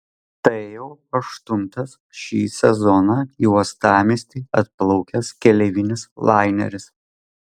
tai jau aštuntas šį sezoną į uostamiestį atplaukęs keleivinis laineris